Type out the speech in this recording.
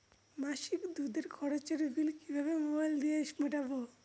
মাসিক দুধের খরচের বিল কিভাবে মোবাইল দিয়ে মেটাব?